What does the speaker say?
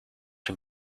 dem